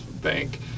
bank